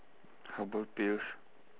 herbal pills